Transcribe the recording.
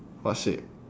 what shape